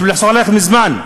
בשביל לחסוך לכם זמן.